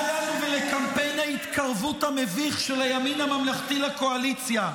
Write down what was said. מה לנו ולקמפיין ההתקרבות המביך של הימין הממלכתי לקואליציה?